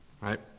Right